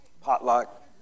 potluck